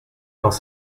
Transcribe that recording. dans